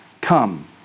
come